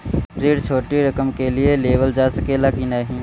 ऋण छोटी रकम के लिए लेवल जा सकेला की नाहीं?